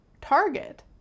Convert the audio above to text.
target